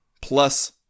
plus